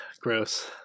Gross